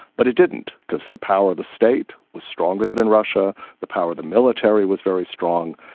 but it didn't because the power of the state was stronger than in russia, the power of the military was very strong,